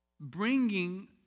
bringing